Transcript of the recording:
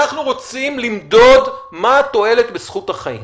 אנחנו רוצים למדוד מה התועלת בזכות החיים?